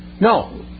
No